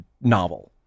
novel